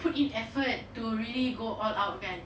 put in effort to really go all out kan